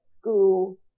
school